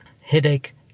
headache